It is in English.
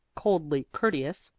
coldly courteous,